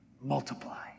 Multiply